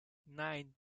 nine